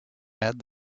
add